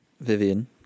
Vivian